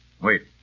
Wait